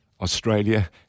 Australia